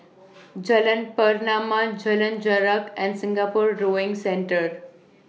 Jalan Pernama Jalan Jarak and Singapore Rowing Centre